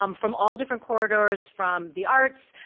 um from all different corridors from the arts,